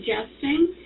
suggesting